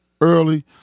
early